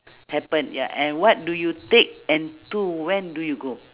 happen ya and what do you take and to when do you go